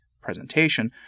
presentation